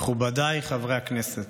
מכובדיי חברי הכנסת,